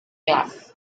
class